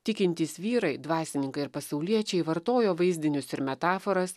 tikintys vyrai dvasininkai ir pasauliečiai vartojo vaizdinius ir metaforas